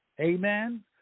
Amen